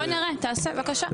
בוא נראה, בבקשה.